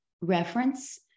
reference